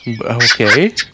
Okay